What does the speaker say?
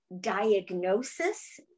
diagnosis